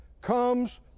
comes